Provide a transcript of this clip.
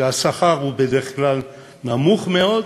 כשהשכר הוא בדרך כלל נמוך מאוד,